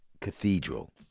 Cathedral